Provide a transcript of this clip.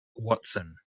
watson